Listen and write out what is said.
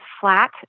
flat